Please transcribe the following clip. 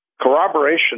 corroboration